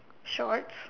shorts